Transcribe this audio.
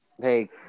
Hey